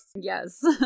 yes